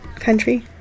country